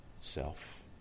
self